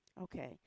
Okay